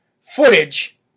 footage